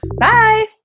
Bye